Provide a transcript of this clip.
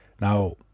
Now